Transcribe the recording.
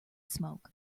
smoke